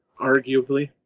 arguably